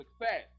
success